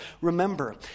Remember